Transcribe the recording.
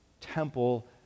temple